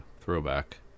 throwback